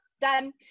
done